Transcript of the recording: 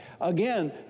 Again